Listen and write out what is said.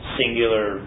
singular